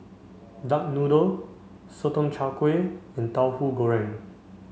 duck noodle Sotong Char Kway and Tauhu Goreng